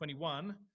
21